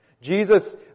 Jesus